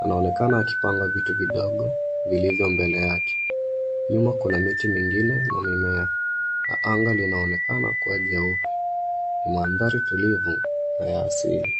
Anaonekana akipanga vitu vidogo vilivyo mbele yake. Nyuma kuna miti mingine na mimea na anga linaonekana kuwa jeupe. Ni mandhari tulivu na ya asili.